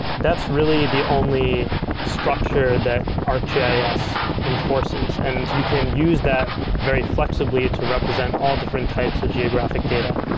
that's really the only structure that arcgis enforces, and you can use that very flexibly to represent all different types of geographic data.